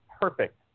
perfect